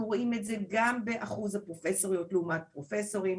רואים את גם באחוז הפרופסוריות לעומת הפרופסורים,